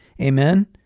amen